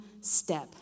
step